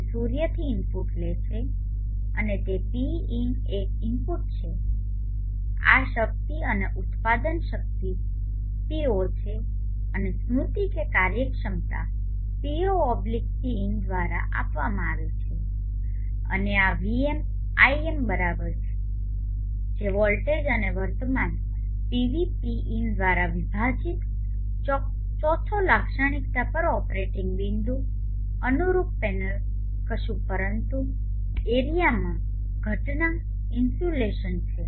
તે સૂર્યથી ઇનપુટ લે છે અને તે Pin એક ઇનપુટ છે આ શક્તિ અને ઉત્પાદન શક્તિ P0 છે અને સ્મૃતિકે કાર્યક્ષમતા P0Pin દ્વારા આપવામાં આવે છે અને આ VmIm બરાબર છે જે વોલ્ટેજ અને વર્તમાન પીવી Pin દ્વારા વિભાજિત ચોથો લાક્ષણિકતા પર ઓપરેટિંગ બિંદુ અનુરૂપ પેનલ કશું પરંતુ એરિયામાં ઘટના ઇન્સ્યુલેશન છે